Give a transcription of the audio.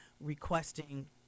requesting